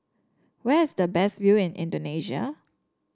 where is the best view in Indonesia